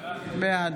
בעד